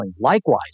Likewise